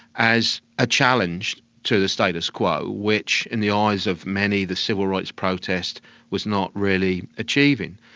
as a challenge to the status quo which, in the eyes of many, the civil rights protest was not really achieving.